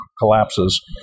collapses